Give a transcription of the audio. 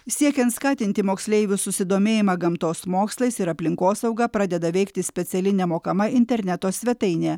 siekiant skatinti moksleivių susidomėjimą gamtos mokslais ir aplinkosauga pradeda veikti speciali nemokama interneto svetainė